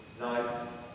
nice